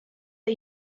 are